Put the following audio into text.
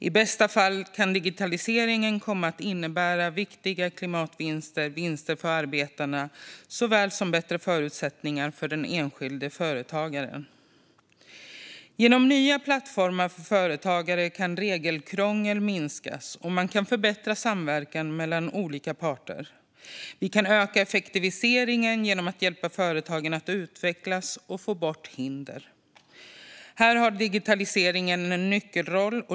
I bästa fall kan digitaliseringen komma att innebära viktiga klimatvinster, vinster för arbetarna såväl som bättre förutsättningar för den enskilde företagaren. Genom nya plattformar för företagare kan regelkrångel minskas, och man kan förbättra samverkan mellan olika parter. Vi kan öka effektiviseringen genom att hjälpa företagen att utvecklas och få bort hinder. Här har digitaliseringen en nyckelroll.